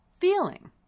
feeling